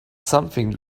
something